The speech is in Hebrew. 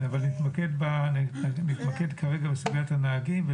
נתמקד כרגע בסוגיית הנהגים.